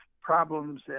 problems